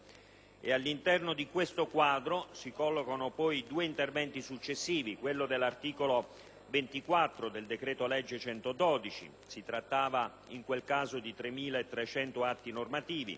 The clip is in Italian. all'interno di questo quadro si collocano poi due interventi successivi, quello dell'articolo 24 del decreto-legge n. 112 (si trattava in quel caso di 3.300 atti normativi)